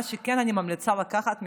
מה שכן, אני ממליצה לקחת מדוד,